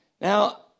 Now